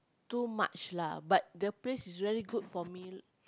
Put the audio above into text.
too much lah but the place is really good for meal